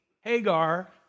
Hagar